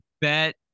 bet